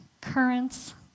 currents